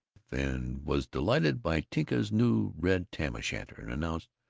and was delighted by tinka's new red tam o'shanter, and announced,